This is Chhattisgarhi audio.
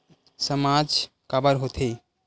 सामाज काबर हो थे?